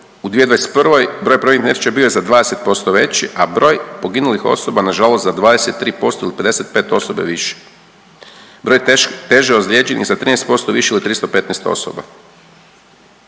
u 2021. broj prometnih nesreća bio je za 20% veći, a broj poginulih osoba nažalost za 23% ili 55 osoba više. Broj teže ozlijeđenih za 13% više od 315 osoba.